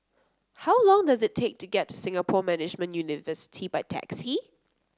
how long does it take to get to Singapore Management University by taxi